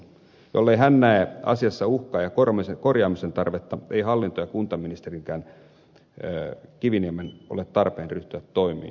jollei hän näe asiassa uhkaa ja korjaamisen tarvetta ei hallinto ja kuntaministeri kiviniemenkään ole tarpeen ryhtyä toimiin